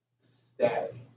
Static